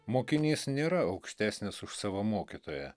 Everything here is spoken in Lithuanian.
mokinys nėra aukštesnis už savo mokytoją